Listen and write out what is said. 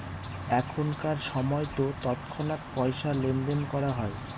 এখনকার সময়তো তৎক্ষণাৎ পয়সা লেনদেন করা হয়